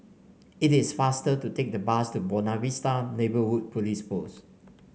it is faster to take the bus to Buona Vista Neighbourhood Police Post